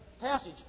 passage